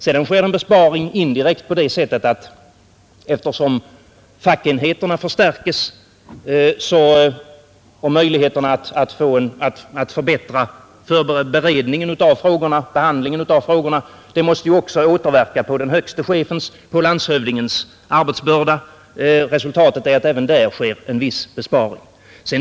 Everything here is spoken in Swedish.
Sedan sker en besparing indirekt på det sättet att fackenheterna förstärks, vilket innebär förbättrade möjligheter att behandla frågorna. Det måste också återverka på den högste chefens, landshövdingens, arbetsbörda. Resultatet är att även där sker en viss besparing.